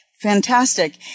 fantastic